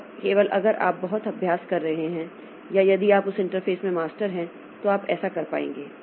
और केवल अगर आप बहुत अभ्यास कर रहे हैं या यदि आप उस इंटरफ़ेस में मास्टर हैं तो आप ऐसा कर पाएंगे